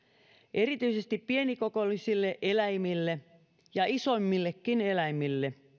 erityisesti pienikokoisille eläimille ja isommillekin eläimille